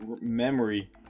memory